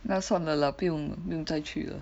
那算了啦不用不用再去了